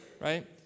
right